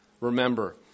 Remember